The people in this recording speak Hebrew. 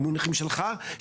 במונחים שלך,